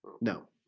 No